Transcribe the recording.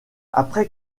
après